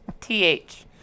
th